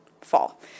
fall